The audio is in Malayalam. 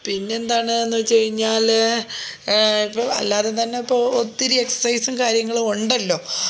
പിന്നെന്താണ്ന്നുവെച്ചുകഴിഞ്ഞാല് ഇപ്പോൾ അല്ലാതെ തന്നെ ഇപ്പോൾ ഒത്തിരി എക്സസൈസും കാര്യങ്ങളും ഉണ്ടല്ലൊ